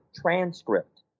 transcript